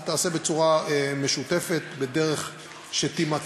היא תיעשה בצורה משותפת בדרך שתימצא,